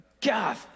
God